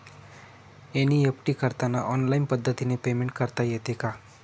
NEFT करताना online पद्धतीने payment करता येते का?